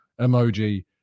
emoji